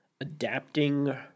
adapting